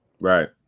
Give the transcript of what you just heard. right